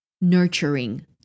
nurturing